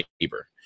neighbor